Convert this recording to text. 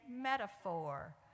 metaphor